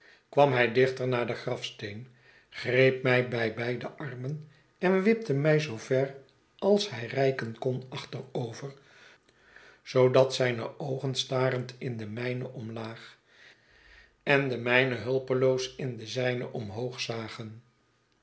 kwam hij dichter naar den grafsteen greep mij bij beide armen en wipte mij zoo ver als hij reiken kon achterover zoodat zijne oogen starend in de mijne omlaag en de mijne hulpeloos in de zijne omhoog zagen